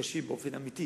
ומתקשים באופן אמיתי